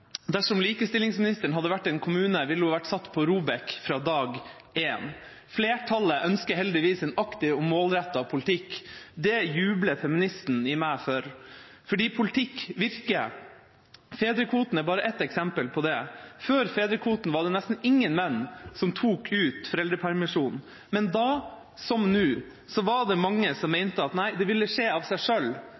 dersom likestillingsministeren hadde vært en kommune, ville hun blitt satt på ROBEK-lista fra dag én. Flertallet ønsker heldigvis en aktiv og målrettet politikk. Det jubler feministen i meg for. For politikk virker. Fedrekvoten er bare ett eksempel på det. Før fedrekvoten var det nesten ingen menn som tok ut foreldrepermisjon, men da, som nå, var det mange som mente at nei, det ville skje av seg